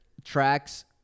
tracks